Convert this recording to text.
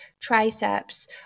triceps